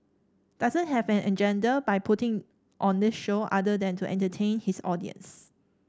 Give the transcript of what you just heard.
doesn't have an agenda by putting on this show other than to entertain his audience